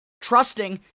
trusting